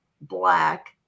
black